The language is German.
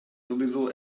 sowieso